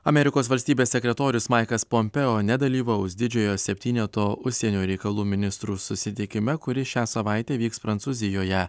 amerikos valstybės sekretorius maikas pompeo nedalyvaus didžiojo septyneto užsienio reikalų ministrų susitikime kuris šią savaitę vyks prancūzijoje